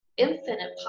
infinite